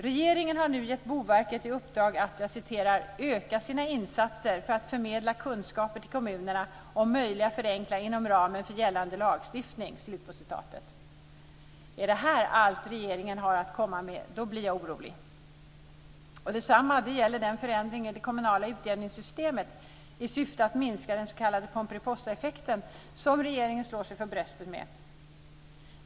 Regeringen har nu gett Boverket i uppdrag att "öka sina insatser för att förmedla kunskaper till kommunerna om möjliga förenklingar inom ramen för gällande lagstiftning". Är detta allt regeringen har att komma med blir jag orolig! Detsamma gäller den förändring i det kommunala utjämningssystemet i syfte att minska den s.k. pomperipossaeffekten som regeringen slår sig för bröstet med.